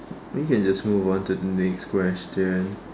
I think we can just move on to the next question